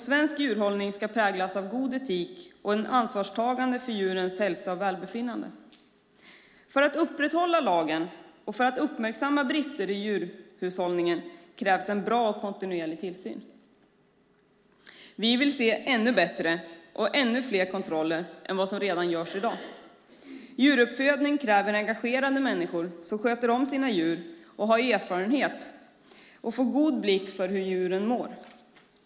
Svensk djurhållning ska präglas av god etik och ansvarstagande för djurens hälsa och välbefinnande. För att upprätthålla lagen och för att uppmärksamma brister i djurhållningen krävs en bra och kontinuerlig tillsyn. Vi vill se ännu bättre och ännu fler kontroller än vad som redan sker i dag. Djuruppfödning kräver engagerade människor som sköter om sina djur, har erfarenhet och får god blick för hur djuren mår.